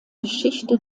geschichte